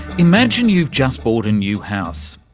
imagine you've just bought a new house.